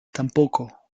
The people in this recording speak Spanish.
tampoco